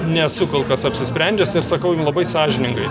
nesu kol kas apsisprendęs ir sakau jum labai sąžiningai